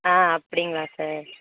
ஆ அப்படிங்ளா சார்